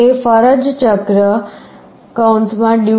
તે ફરજ ચક્ર ને 0